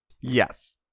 Yes